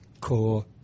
core